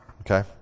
Okay